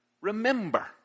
remember